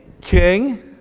King